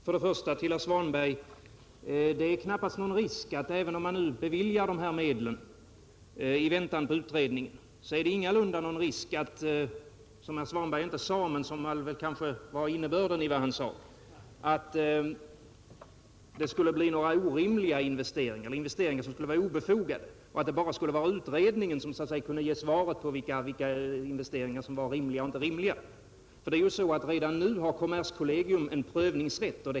Herr talman! Först vill jag säga till herr Svanberg att om man i väntan på en utredning skulle bevilja de begärda medlen är det knappast någon risk för att det skulle bli några orimliga eller obefogade investeringar. Herr Svanberg sade inte detta, men det var väl innebörden av vad han sade. Det skulle så att säga bara vara utredningen som kunde ge svaret på vilka investeringar som var rimliga och vilka som icke var rimliga. Redan nu har kommerskollegium en prövningsrätt.